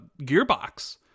Gearbox